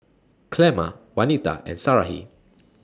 Clemma Waneta and Sarahi